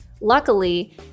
Luckily